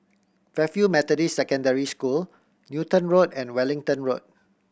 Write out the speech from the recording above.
Fairfield Methodist Secondary School Newton Road and Wellington Road